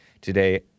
today